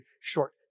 short